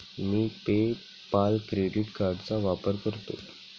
मी PayPal credit कार्डचा वापर करतो